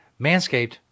manscaped